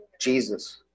Jesus